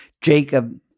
Jacob